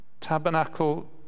tabernacle